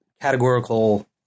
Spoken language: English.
categorical